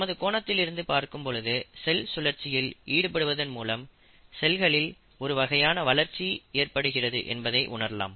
நமது கோணத்திலிருந்து பார்க்கும் பொழுது செல் சுழற்சியில் ஈடுபடுவதன் மூலம் செல்களில் ஒரு வகையான வளர்ச்சி ஏற்படுகிறது என்பதை உணரலாம்